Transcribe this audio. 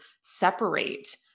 separate